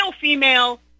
female